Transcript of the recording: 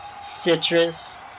citrus